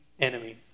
enemy